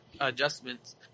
adjustments